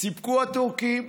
סיפקו הטורקים,